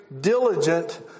diligent